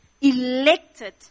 elected